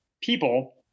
people